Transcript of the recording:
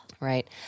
Right